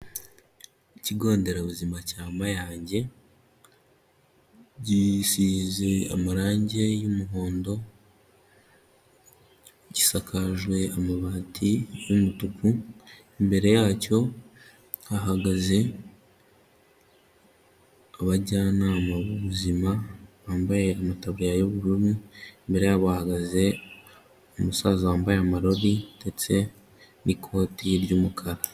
Ikigo nderabuzima cya mayange, gisize amarangi y'umuhondo ,gisakajwe amabati y'umutuku, imbere yacyo hahagaze, abajyanama b'ubuzima bambaye amataburiya y'ubururu ,imbere yabo bahagaze umusaza wambaye amarori ndetse n'ikoti ry'umukara.